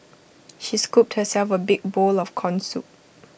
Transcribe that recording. she scooped herself A big bowl of Corn Soup